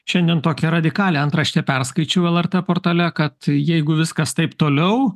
šiandien tokią radikalią antraštę perskaičiau lrt portale kad jeigu viskas taip toliau